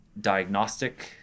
diagnostic